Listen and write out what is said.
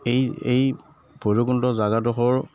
এই এই ভৈৰৱকুণ্ড জেগাডোখৰ